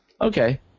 okay